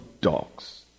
dogs